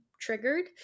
triggered